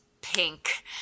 pink